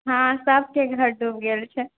हँ सबकेँ घर डूबि गेल छै